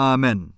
Amen